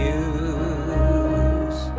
use